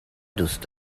دوست